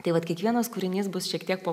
tai vat kiekvienas kūrinys bus šiek tiek po